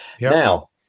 Now